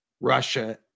Russia